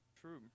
True